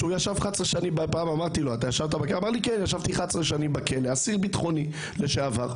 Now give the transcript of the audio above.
הוא ישב 11 שנים בכלא, הוא אסיר בטחוני לשעבר.